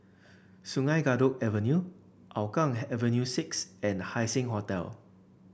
Sungei Kadut Avenue Hougang Avenue six and Haising Hotel